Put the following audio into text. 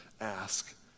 Ask